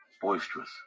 boisterous